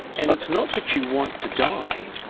and it's not that you want to die,